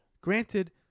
Granted